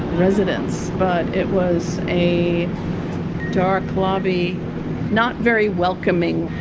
residents but it was a dark lobby not very welcoming